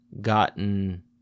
gotten